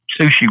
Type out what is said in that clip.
sushi